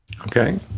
Okay